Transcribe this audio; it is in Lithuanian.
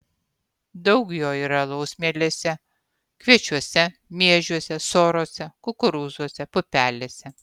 daug jo yra alaus mielėse kviečiuose miežiuose sorose kukurūzuose pupelėse